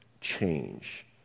change